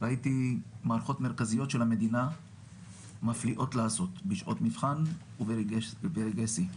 ראיתי מערכות מרכזיות של המדינה מפליאות לעשות בשעות מבחן וברגעי שיא.